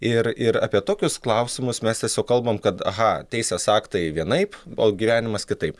ir ir apie tokius klausimus mes tiesiog kalbam kad aha teisės aktai vienaip o gyvenimas kitaip